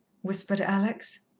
whispered alex.